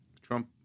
Trump